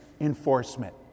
enforcement